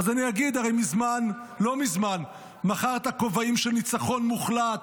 אז אני אגיד: הרי לא מזמן מכרת כובעים של "ניצחון מוחלט".